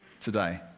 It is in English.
today